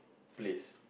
place